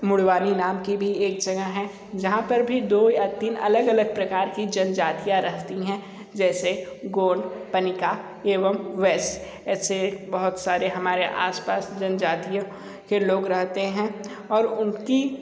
मुड़वानी नाम की भी एक जगह है जहाँ पर भी दो या तीन अलग अलग प्रकार की जनजातियाँ रहती हैं जैसे गोड पनिका एवं वैश्य ऐसे बहुत सारे हमारे आसपास जनजातियों के लोग रहते हैं और उनकी